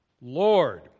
Lord